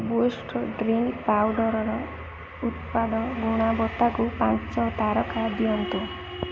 boost drink ପାଉଡ଼ର୍ର ଉତ୍ପାଦ ଗୁଣବତ୍ତାକୁ ପାଞ୍ଚ ତାରକା ଦିଅନ୍ତୁ